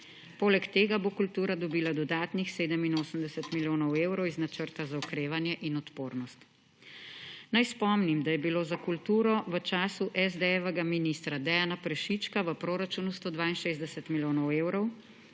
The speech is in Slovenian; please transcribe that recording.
Poleg tega bo kultura dobila dodatnih 87 milijonov evrov iz Načrta za okrevanje in odpornost. Naj spomnim, da je bilo za kulturo v času SD-jevega ministra Dejana Prešička v proračunu 162 milijonov evrov,